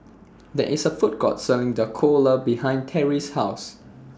There IS A Food Court Selling Dhokla behind Terrie's House